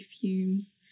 fumes